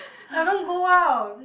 I don't go out